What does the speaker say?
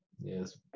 Yes